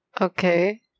okay